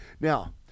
Now